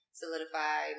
solidify